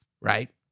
right